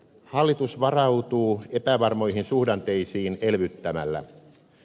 hallitus varautuu epävarmoihin suhdanteisiin elvyttämällä